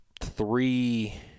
three